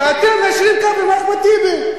ואתם מיישרים קו עם אחמד טיבי.